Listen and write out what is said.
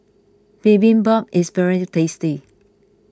Bibimbap is very tasty